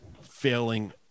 failing